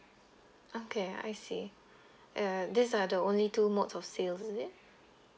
okay I see uh these are the only two modes of sales is it